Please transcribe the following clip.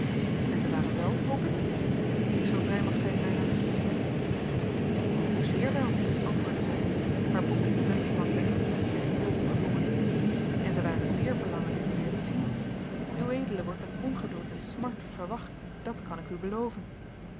en zij waren wèl hoop ik indien ik zoo vrij mag zijn daarnaar te vernemen o zeer wel antwoordde zij haar boek op de vensterbank leggende en geheel ongedwongen en zij waren zeer verlangende u weer te zien ued wordt met ongeduld en smart verwacht dat kan ik u beloven